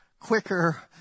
quicker